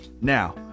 Now